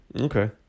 Okay